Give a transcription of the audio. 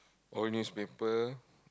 old newspaper